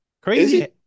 Crazy